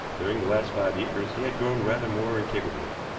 during the last five years he had grown rather more incapable.